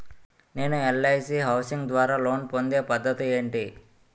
నేను LIC housing ద్వారా loan పొందే పద్ధతి ఏంటి?